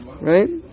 right